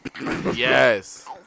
Yes